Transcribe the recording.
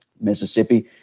Mississippi